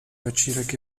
večírek